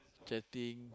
chatting